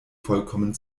vollkommen